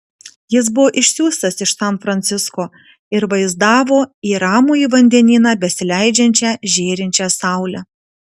jis buvo išsiųstas iš san francisko ir vaizdavo į ramųjį vandenyną besileidžiančią žėrinčią saulę